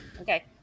okay